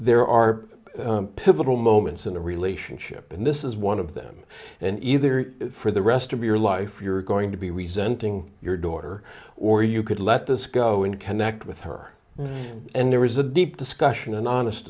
there are pivotal moments in a relationship and this is one of them and either for the rest of your life you're going to be resenting your daughter or you could let this go and connect with her and there was a deep discussion an honest